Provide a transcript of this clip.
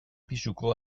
pisuko